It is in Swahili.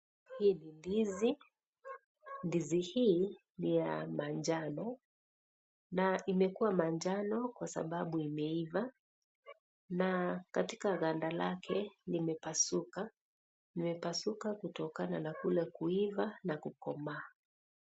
Hii ni ndizi. Ndizi hii ni ya manjano na imekuwa manjano kwa sababu imeiva na katika ganda lake limepasuka, limepasuka kutokana na kule kuiva na kukomaa.